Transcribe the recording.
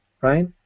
right